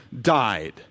died